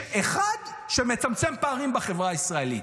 אחד שמצמצם פערים בחברה הישראלית,